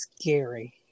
scary